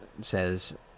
says